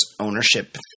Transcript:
ownership